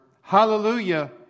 Hallelujah